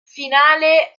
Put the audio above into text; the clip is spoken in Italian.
finale